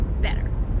better